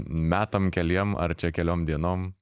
metam keliem ar čia keliom dienom